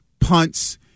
punts